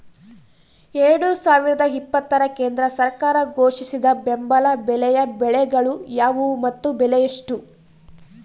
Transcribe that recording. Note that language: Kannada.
ಎರಡು ಸಾವಿರದ ಇಪ್ಪತ್ತರ ಕೇಂದ್ರ ಸರ್ಕಾರ ಘೋಷಿಸಿದ ಬೆಂಬಲ ಬೆಲೆಯ ಬೆಳೆಗಳು ಯಾವುವು ಮತ್ತು ಬೆಲೆ ಎಷ್ಟು?